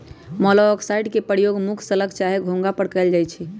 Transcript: मोलॉक्साइड्स के प्रयोग मुख्य स्लग चाहे घोंघा पर कएल जाइ छइ